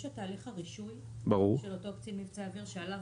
יש את תהליך הרישוי של אותו קצין מבצעי אוויר שעליו